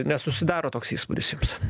nesusidaro toks įspūdis jums